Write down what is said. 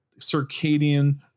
circadian